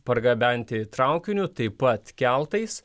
pargabenti traukiniu taip pat keltais